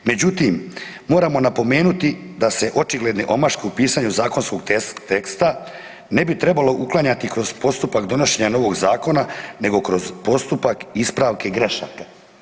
Međutim, moramo napomenuti da se očigledne omaške u pisanju zakonskog teksta ne bi trebalo uklanjati kroz postupak donošenja novog zakona nego kroz postupak ispravke grešaka.